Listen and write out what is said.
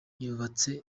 yubatse